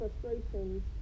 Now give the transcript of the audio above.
frustrations